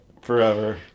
forever